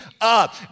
up